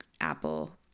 Apple